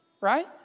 Right